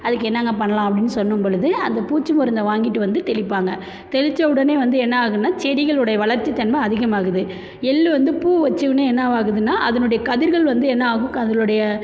அதுக்கு என்னங்க பண்ணலாம் அப்படின்னு சொன்னும் பொழுது அந்தப் பூச்சி மருந்தை வாங்கிட்டு வந்து தெளிப்பாங்கள் தெளித்த உடனே வந்து என்னாகும்னா செடிகள் உடைய வளர்ச்சித் தன்மை அதிகமாகுது எள் வந்து பூ வச்சவொன்னே என்னவாக ஆகுதுன்னா அதனுடைய கதிர்கள் வந்து என்னாகும் அதனுடைய